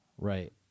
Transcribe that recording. right